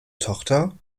tochter